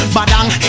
Badang